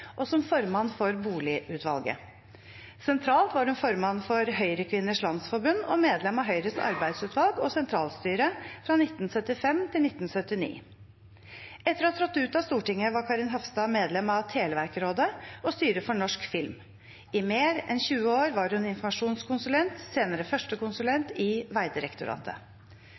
og som formann for boligutvalget. Sentralt var hun formann for Høyrekvinners Landsforbund og medlem av Høyres arbeidsutvalg og sentralstyre fra 1975 til 1979. Etter å ha trådt ut av Stortinget var Karin Hafstad medlem av Televerkrådet og styret for Norsk Film. I mer enn 20 år var hun informasjonskonsulent og senere førstekonsulent i Vegdirektoratet.